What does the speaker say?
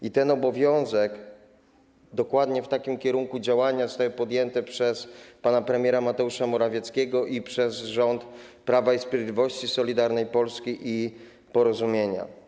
Działania dokładnie w takim kierunku zostały podjęte przez pana premiera Mateusza Morawieckiego i przez rząd Prawa i Sprawiedliwości, Solidarnej Polski i Porozumienia.